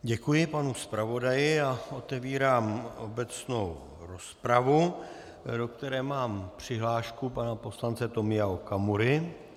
Děkuji panu zpravodaji a otevírám obecnou rozpravu, do které mám přihlášku pana poslance Tomia Okamury.